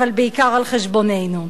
אבל בעיקר על חשבוננו.